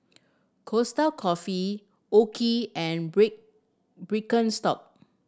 Costa Coffee OKI and Birkenstock